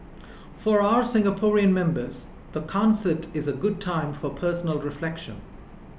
for our Singaporean members the concert is a good time for personal reflection